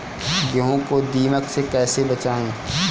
गेहूँ को दीमक से कैसे बचाएँ?